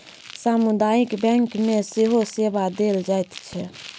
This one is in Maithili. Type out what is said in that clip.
सामुदायिक बैंक मे सेहो सेवा देल जाइत छै